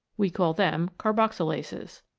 we call them carboxylases.